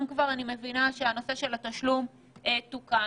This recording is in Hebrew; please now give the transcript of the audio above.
אני מבינה היום שנושא התשלום תוקן.